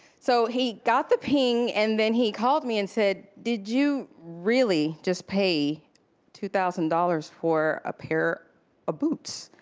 so he got the ping, and then he called me and said did you really just pay two thousand dollars for a pair of ah boots?